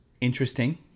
interesting